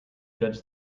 dreads